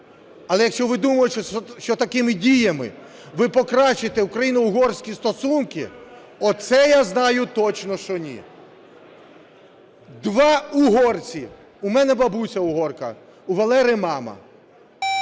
Але якщо ви думаєте, що такими діями ви покращите українсько-угорські стосунки – оце я знаю точно, що ні. Два угорці: у мене бабуся – угорка, у Валери – мама.